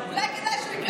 אולי כדאי שהוא יקרא תהילים.